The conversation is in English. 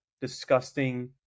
disgusting